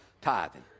tithing